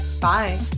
Bye